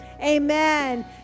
Amen